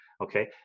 Okay